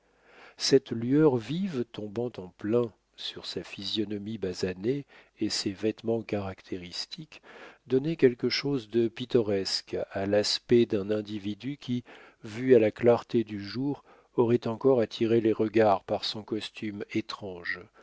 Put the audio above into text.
cette lueur vive tombant en plein sur sa physionomie basanée et ses vêtements caractéristiques donnait quelque chose de pittoresque à l'aspect d'un individu qui vu à la clarté du jour aurait encore attiré les regards par son costume étrange